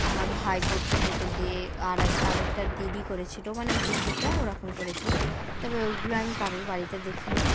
আমার ভাই করছে বোতল দিয়ে আর এক আর একটা দিদি করেছিলো মানে ওই দিদিটা ওরকম করেছিলো তবে ওইগুলো আমি কারোর বাড়িতে দেখিনিই